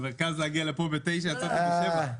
כדי להגיע לפה בתשע מהמרכז צריך לצאת בשבע.